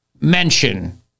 mention